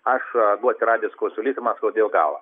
aš buvo atsiradęs kosulys ir man skaudėjo galvą